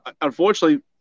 unfortunately